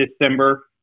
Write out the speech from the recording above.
december